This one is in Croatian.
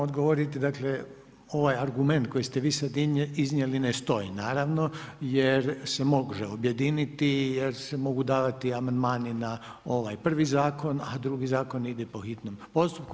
Moram odgovoriti, dakle ovaj argument koji ste vi sada iznijeli ne stoji naravno jer se može objediniti jer se mogu davati amandmani na ovaj prvi zakon a drugi zakon ide po hitnom postupku.